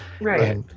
right